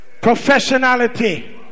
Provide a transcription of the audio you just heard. professionality